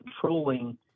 controlling